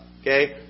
Okay